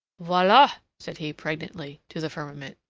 voila! said he, pregnantly, to the firmament.